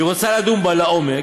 היא רוצה לדון בה לעומק.